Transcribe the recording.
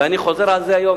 ואני חוזר על זה היום.